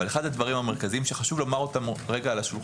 אחד הדברים המרכזיים שחשוב לומר על השולחן,